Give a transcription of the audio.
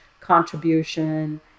contribution